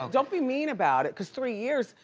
ah don't be mean about it cause three years,